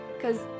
cause